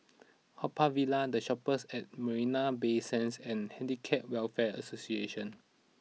Haw Par Villa The Shoppes at Marina Bay Sands and Handicap Welfare Association